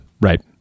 Right